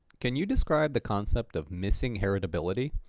can you describe the concept of missing heritability?